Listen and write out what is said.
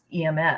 EMS